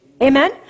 amen